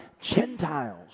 Gentiles